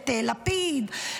את לפיד,